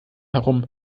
herum